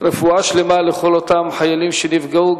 רפואה שלמה לכל אותם חיילים שנפגעו,